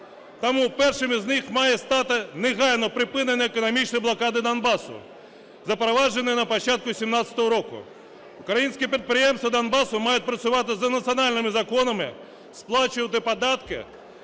Тому першим із них має стати негайне припинення економічної блокади Донбасу, запроваджений на початку 17-го року. Українські підприємства Донбасу мають працювати за національними законами, сплачувати податки